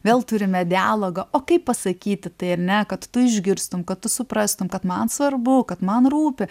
vėl turime dialogą o kaip pasakyti tai ar ne kad tu išgirstum kad tu suprastum kad man svarbu kad man rūpi